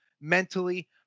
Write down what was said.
mentally